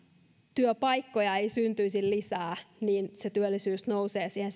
työpaikkoja ei syntyisi lisää työllisyys nousee siihen